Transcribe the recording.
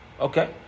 Okay